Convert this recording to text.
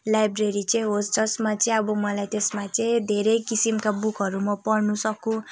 library चाहिँ होस् जसमा चाहिँ अब मलाई त्यसमा चाहिँ धेरै किसिमका बुकहरू म पढ्नु सकुँ